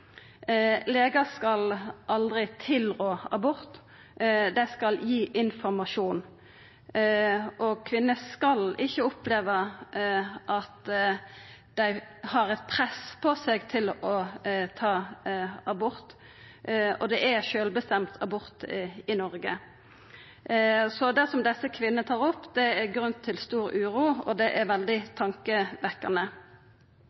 Legar skal aldri tilrå abort. Dei skal gi informasjon. Kvinner skal ikkje oppleva press på seg for å ta abort. Det er sjølvbestemt abort i Noreg. Det desse kvinnene tar opp, gir grunn til stor uro, og det er veldig